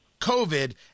COVID